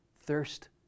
thirst